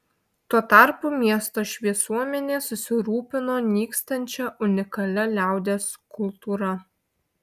tuo tarpu miesto šviesuomenė susirūpino nykstančia unikalia liaudies kultūra